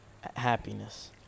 happiness